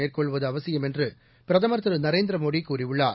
மேற்கொள்வது அவசியம் என்று பிரதமர் திரு நரேந்திர மோடி கூறியுள்ளார்